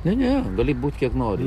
ne ne gali būt kiek nori